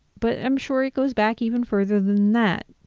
but i'm sure it goes back even further than that.